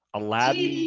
aladdin,